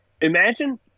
Imagine